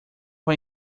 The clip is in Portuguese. vai